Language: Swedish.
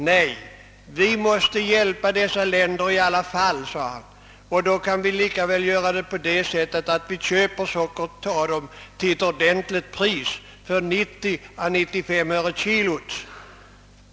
Nej, svarade han, vi måste hjälpa dessa länder i alla fall, och då kan vi lika gärna göra det på det sättet att vi köper socker av dem till ett ordentligt pris, 90 å 95 öre per kilo.